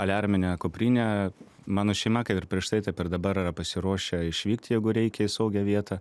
aliarminę kuprinę mano šeima kaip ir prieš tai taip ir dabar yra pasiruošę išvykt jeigu reikia į saugią vietą